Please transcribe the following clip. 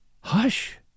HUSH